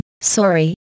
Sorry